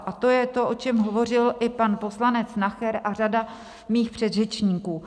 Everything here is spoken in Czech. A to je to, o čem hovořil i pan poslanec Nacher a řada mých předřečníků.